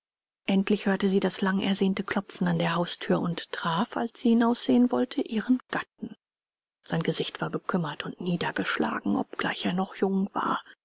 endlich hörte sie das langersehnte klopfen an der hausthür und traf als sie hinaussehen wollte ihren gatten sein gesicht war bekümmert und niedergeschlagen obgleich er noch jung war